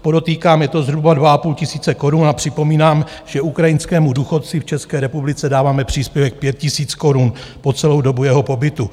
Podotýkám, je to zhruba 2,5 tisíce korun a připomínám, že ukrajinskému důchodci v České republice dáváme příspěvek 5 tisíc korun po celou dobu jeho pobytu.